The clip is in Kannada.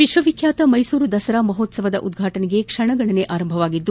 ವಿಶ್ವವಿಖ್ಯಾತ ಮೈಸೂರು ದಸರಾ ಮಹೋತ್ಸವದ ಉದ್ರಾಟನೆಗೆ ಕ್ಷಣಗಣನೆ ಆರಂಭವಾಗಿದ್ದು